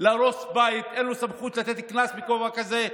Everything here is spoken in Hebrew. להרוס בית, אין לו סמכות לתת קנס בגובה כזה.